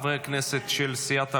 חברי הכנסת של סיעת העבודה,